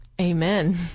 Amen